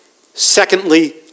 Secondly